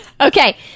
okay